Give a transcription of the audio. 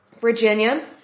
Virginia